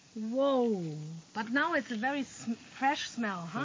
wow but now it's a very so fresh smell.